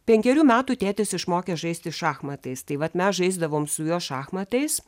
penkerių metų tėtis išmokė žaisti šachmatais tai vat mes žaisdavom su juo šachmatais